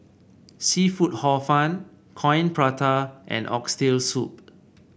seafood Hor Fun Coin Prata and Oxtail Soup